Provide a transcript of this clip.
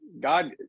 God